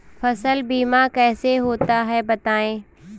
फसल बीमा कैसे होता है बताएँ?